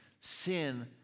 sin